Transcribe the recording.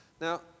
Now